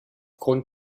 grund